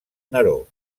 neró